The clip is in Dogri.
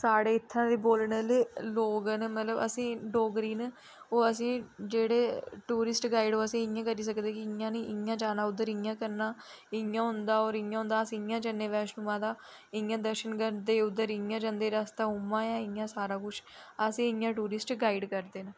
साढ़ी इत्थें दी बोलने आह्ली लोग न मतलब कि असेंगी डोगरी न ओह् असेंगी जेह्ड़े टूरिस्ट गाइड ओह् असेंगी इयां करी सकदे कि इयां नी इयां जाना उद्धर इ'यां करना इ'यां होंदा होर इ'यां होंदा अस इ'यां जन्ने बैश्नो माता इ'यां दर्शन करदे उद्धर इ'यां जंदे रस्ता उयां ऐ इ'यां सारा कुछ असेंगी इ'यां टूरिस्ट गाइड करदे